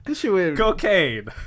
Cocaine